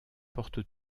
porte